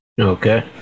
okay